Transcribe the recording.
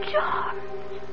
George